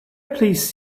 please